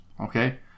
okay